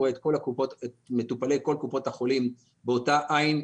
רואה את מטופלי כל קופות החולים באותה עין,